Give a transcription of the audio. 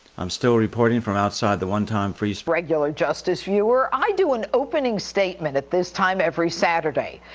i'm still reporting from outside the one-time freesp regular justice viewer, i do an opening statement at this time every saturday.